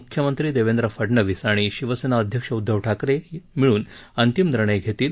मुख्यमंत्री देवेंद्र फडनवीस आणि शिवसेना अध्यक्ष उद्धव ठाकरे मिळून अंतिम निर्णय घेतील